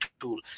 tool